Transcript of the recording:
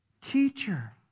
Teacher